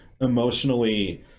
emotionally